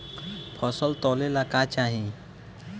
फसल तौले ला का चाही?